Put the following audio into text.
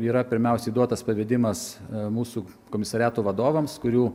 yra pirmiausiai duotas pavedimas mūsų komisariatų vadovams kurių